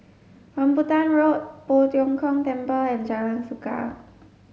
Rambutan Road Poh Tiong Kiong Temple and Jalan Suka